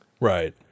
right